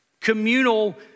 communal